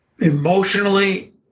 emotionally